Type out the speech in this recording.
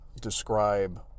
describe